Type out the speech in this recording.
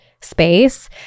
space